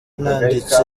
nanditse